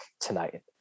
tonight